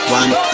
one